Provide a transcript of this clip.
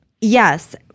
Yes